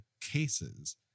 cases